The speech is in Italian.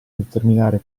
determinare